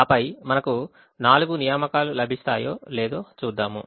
ఆపై మనకు నాలుగు నియామకాలు లభిస్తాయో లేదో చూద్దాము